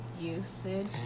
usage